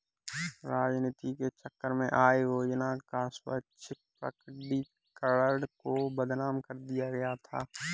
राजनीति के चक्कर में आय योजना का स्वैच्छिक प्रकटीकरण को बदनाम कर दिया गया था